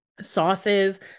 sauces